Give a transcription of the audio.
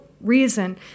reason